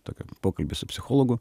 tokį pokalbį su psichologu